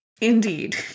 Indeed